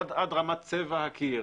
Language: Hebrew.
עד רמת צבע הקיר.